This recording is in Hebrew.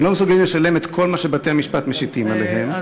הם לא מסוגלים לשלם את כל מה שבתי-המשפט משיתים עליהם.